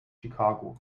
chicago